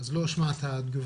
אז אני לא אשמע את התגובה.